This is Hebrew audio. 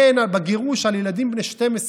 מי הגן בגירוש על ילדים בני 12,